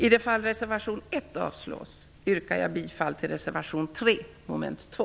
I det fall reservation 1 avslås yrkar jag bifall till reservation 3, mom. 2.